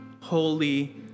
holy